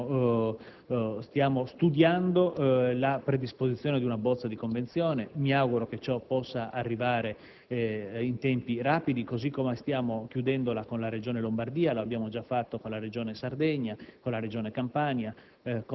stiamo studiando la predisposizione di una bozza di convenzione che mi auguro possa arrivare in tempi rapidi; allo stesso modo, stiamo chiudendo tale intesa con la Regione Lombardia, lo abbiamo già fatto con la Regione Sardegna e la Regione Campania,